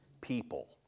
people